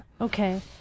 Okay